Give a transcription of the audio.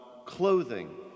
clothing